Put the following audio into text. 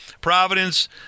Providence